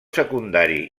secundari